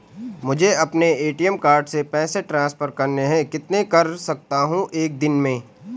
मुझे अपने ATM card से पैसे ट्रांसफर करने हैं कितने कर सकता हूँ एक दिन में?